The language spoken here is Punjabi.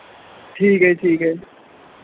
ਠੀਕ ਹੈ ਜੀ ਠੀਕ ਹੈ